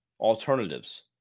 alternatives